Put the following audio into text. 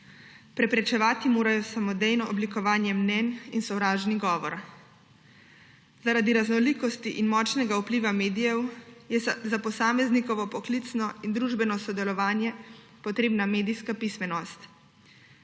Preprečevati morajo samodejno oblikovanje mnenj in sovražni govor. Zaradi raznolikosti in močnega vpliva medijev je za posameznikovo poklicno in družbeno sodelovanje potrebna medijska pismenost.